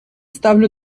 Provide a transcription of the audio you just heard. ставлю